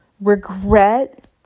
regret